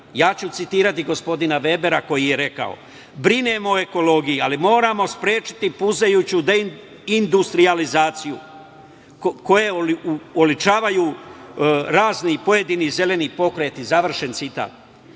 Ja ću citirati gospodina Vebera koji je rekao: "Brinemo o ekologiji, ali moramo sprečiti puzajuću deindustrijalizaciju koju oličavaju razni pojedini zeleni pokreti", završen citat.